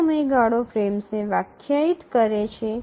આ સમયગાળો ફ્રેમ્સને વ્યાખ્યાયિત કરે છે